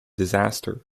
disaster